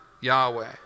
Yahweh